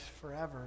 forever